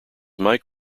mike